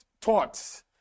taught